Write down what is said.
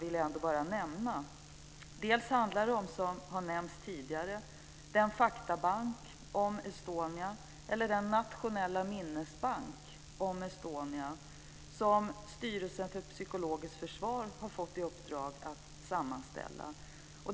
Bl.a. handlar det, som har nämnts tidigare, om den faktabank om Estonia, eller den nationella minnesbank om Estonia, som Styrelsen för psykologiskt försvar har fått i uppdrag att sammanställa.